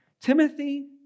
Timothy